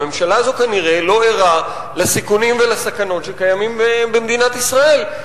הממשלה הזו כנראה לא ערה לסיכונים ולסכנות שקיימים במדינת ישראל,